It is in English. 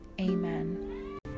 Amen